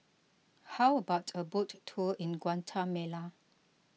how about a boat tour in Guatemala